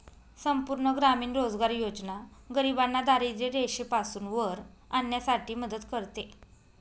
संपूर्ण ग्रामीण रोजगार योजना गरिबांना दारिद्ररेषेपासून वर आणण्यासाठी मदत करते